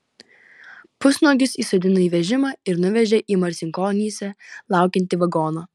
pusnuogius įsodino į vežimą ir nuvežė į marcinkonyse laukiantį vagoną